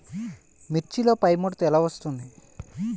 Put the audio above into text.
మిర్చిలో పైముడత ఎలా వస్తుంది?